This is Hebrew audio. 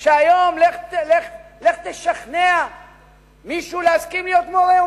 היום, לך תשכנע מישהו להסכים להיות מורה.